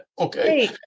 Okay